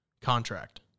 contract